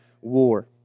war